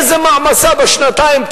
איזו מעמסה בשנתיים,